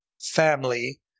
family